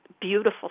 beautiful